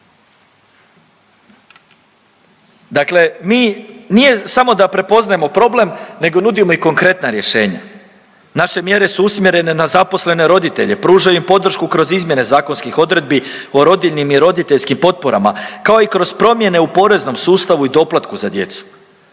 Dakle mi nije samo da prepoznajemo problem nego nudimo i konkretna rješenja. Naše mjere su usmjerene na zaposlene roditelje, pružaju im podršku kroz izmjene zakonskih odredbi o rodiljnim i roditeljskim potporama kao i kroz promjene u poreznom sustavu i doplatku za djecu.